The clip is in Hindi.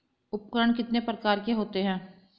उपकरण कितने प्रकार के होते हैं?